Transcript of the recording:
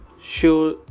Sure